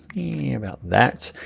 about that.